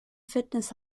fitness